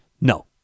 no